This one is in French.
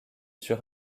sur